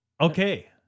Okay